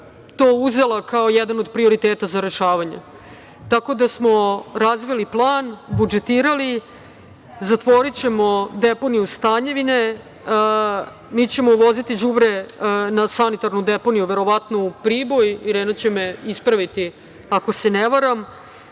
to uzela kao jedan od prioriteta za rešavanje, tako da smo razvili plan, budžetirali. Zatvorićemo deponiju Stanjevine. Mi ćemo voziti đubre na sanitarnu deponiju, verovatno u Priboj, Irena će me ispraviti, ako se ne varam.